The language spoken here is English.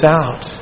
out